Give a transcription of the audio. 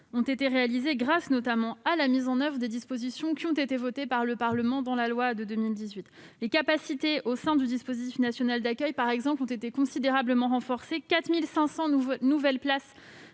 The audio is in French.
ont été réalisés, notamment grâce à la mise en oeuvre des dispositions votées par le Parlement dans la loi de 2018. Les capacités au sein du dispositif national d'accueil, par exemple, ont été considérablement renforcées. En 2020, 4 500 nouvelles places